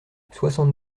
soixante